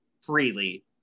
freely